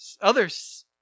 others